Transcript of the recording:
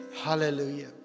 Hallelujah